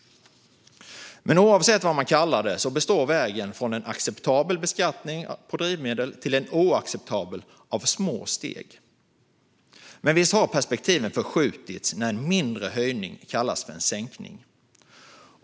Men oavsett vad man kallar det består vägen från en acceptabel beskattning av drivmedel till en oacceptabel av små steg. Visst har perspektiven förskjutits när en mindre höjning kallas för en sänkning.